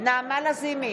נעמה לזמי,